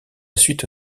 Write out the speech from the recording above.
suite